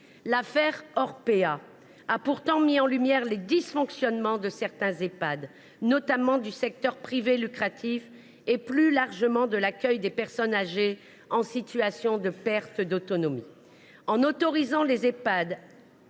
L’affaire Orpea a pourtant mis en lumière les dysfonctionnements de certains Ehpad, notamment du secteur privé lucratif, et plus largement de l’accueil des personnes âgées en situation de perte d’autonomie. En autorisant les Ehpad